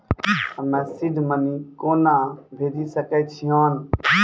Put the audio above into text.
हम्मे seed money कोना भेजी सकै छिओंन